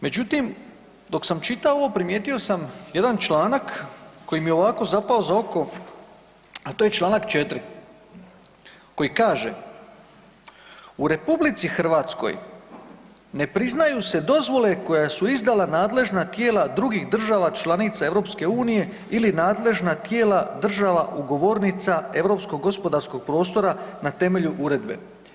Međutim, dok sam čitao ovo primijetio sam jedan članak koji mi ovako zapao za oko, a to je čl. 4 koji kaže, u RH ne priznaju se dozvole koje su izdala nadležna tijela drugih država članica EU ili nadležna tijela država ugovornica Europskog gospodarskog prostora na temelju uredbe.